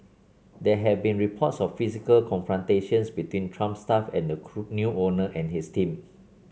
there have been reports of physical confrontations between trump staff and the cool new owner and his team